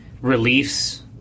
Reliefs